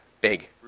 big